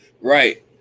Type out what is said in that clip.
right